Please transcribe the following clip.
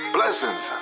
Blessings